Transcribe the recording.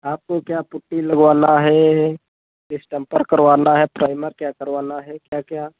आपको क्या पुट्टी लगवाना है डिस्टेम्पर करवाना है प्राइमर क्या करवाना है क्या क्या